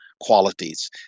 qualities